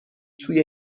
توی